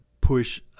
push